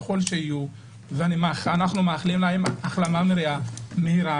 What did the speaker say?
ככל שיהיו ואני מאחל להם החלמה מהירה ומלאה,